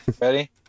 Ready